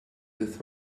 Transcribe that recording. this